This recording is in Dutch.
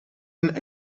een